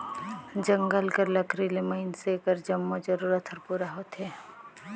जंगल कर लकरी ले मइनसे कर जम्मो जरूरत हर पूरा होथे